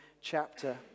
chapter